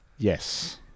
Yes